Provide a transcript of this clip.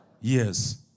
Yes